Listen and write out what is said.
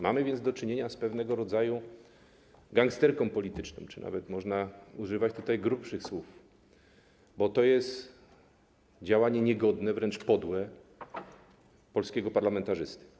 Mamy więc do czynienia z pewnego rodzaju gangsterką polityczną czy nawet można tutaj używać grubszych słów, bo to jest działanie niegodne, wręcz podłe polskiego parlamentarzysty.